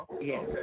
Yes